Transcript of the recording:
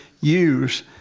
use